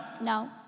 No